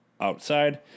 outside